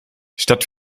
statt